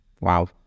wow